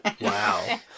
Wow